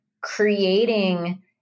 creating